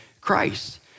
Christ